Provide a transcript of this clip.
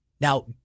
Now